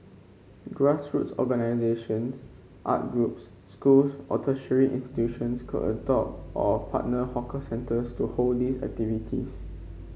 grass roots organisations art groups schools or tertiary institutions could adopt or partner hawker centres to hold these activities